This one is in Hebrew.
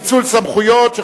פיצול סמכויות),